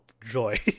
joy